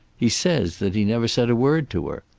he says that he never said a word to her.